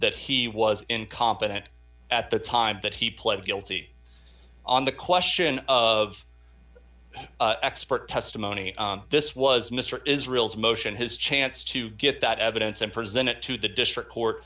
that he was incompetent at the time that he pled guilty on the question of expert testimony this was mr israel's motion his chance to get that evidence and presented to the district court